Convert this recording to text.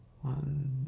One